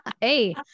hey